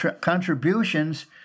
contributions